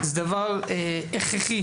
זה דבר הכרחי.